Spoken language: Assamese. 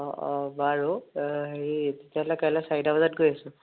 অ অ বাৰু এ হেৰি তেতিয়াহ'লে কাইলৈ চাৰিটা বজাত গৈ আছোঁ